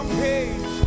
page